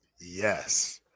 Yes